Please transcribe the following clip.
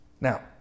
Now